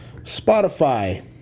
Spotify